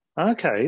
Okay